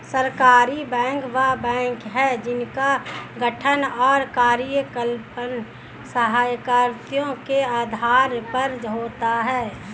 सहकारी बैंक वे बैंक हैं जिनका गठन और कार्यकलाप सहकारिता के आधार पर होता है